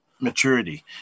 maturity